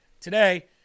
Today